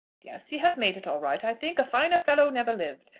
yes he has made it all right, i think. a finer fellow never lived.